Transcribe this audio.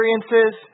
experiences